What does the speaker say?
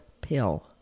pill